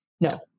No